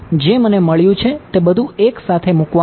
વિદ્યાર્થી ઠીક છે